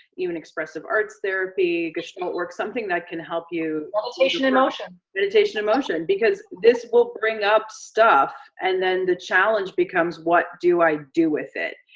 even expressive arts therapy, gestalt work, something that can help you meditation in motion. meditation in motion, because this will bring up stuff and then the challenge becomes what do i do with it?